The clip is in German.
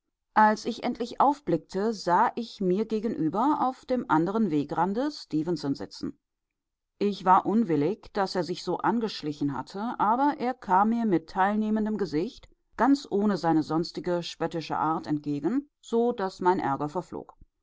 als ich endlich aufblickte sah ich mir gegenüber auf dem anderen wegrande stefenson sitzen ich war unwillig daß er sich so angeschlichen hatte aber er kam mir mit teilnehmendem gesicht ganz ohne seine sonstige spöttische art entgegen so daß mein ärger verflog